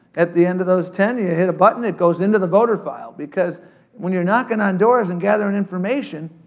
at the end of those ten. you hit a button, it goes into the voter file. because when you're knockin' on doors and gatherin' information,